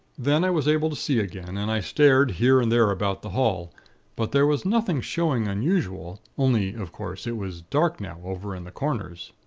then, i was able to see again, and i stared here and there about the hall but there was nothing showing unusual only, of course, it was dark now over in the corners.